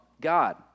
God